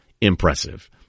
impressive